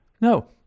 No